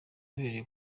wabereye